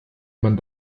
man